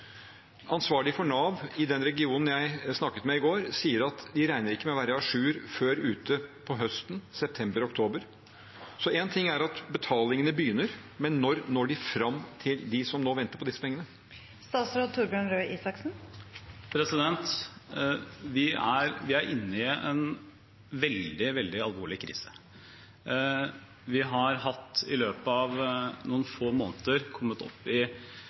Ansvarlig for Nav i den regionen, som jeg snakket med i går, sier at de ikke regner med å være à jour før utpå høsten – i september, oktober. Så én ting er at betalingene begynner, men når de fram til dem som nå venter på disse pengene? Vi er inne i en veldig, veldig alvorlig krise. Vi har i løpet av noen få måneder kommet opp i